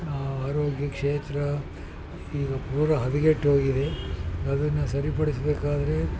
ಆರೋಗ್ಯ ಕ್ಷೇತ್ರ ಈಗ ಪೂರ ಹದಗೆಟ್ಟೋಗಿದೆ ಅದನ್ನು ಸರಿಪಡಿಸಬೇಕಾದ್ರೆ